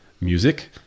music